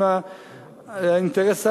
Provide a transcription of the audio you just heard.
עם האינטרס האנושי,